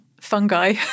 fungi